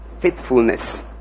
faithfulness